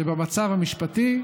שבמצב המשפטי.